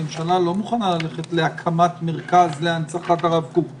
הממשלה לא מוכנה ללכת להקמת מרכז להנצחת הרב קוק,